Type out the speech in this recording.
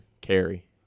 carry